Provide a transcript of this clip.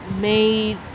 made